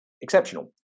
exceptional